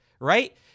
right